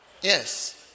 Yes